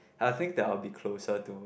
I think that I'll be closer to